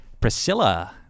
Priscilla